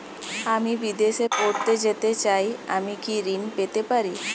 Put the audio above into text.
আমি বিদেশে পড়তে যেতে চাই আমি কি ঋণ পেতে পারি?